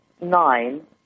nine